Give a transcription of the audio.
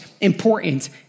important